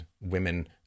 women